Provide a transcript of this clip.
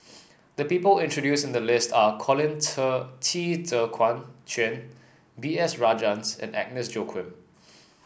the people introduce in the list are Colin Qi Zhe Quan B S Rajhans and Agnes Joaquim